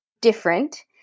different